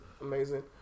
amazing